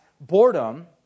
boredom